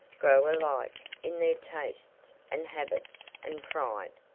grow alike in their tastes and habits and pride,